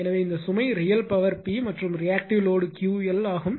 எனவே இந்த சுமை ரியல் பவர் P மற்றும் ரியாக்டிவ் லோடு 𝑄𝑙 ஆகும்